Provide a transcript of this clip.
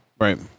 Right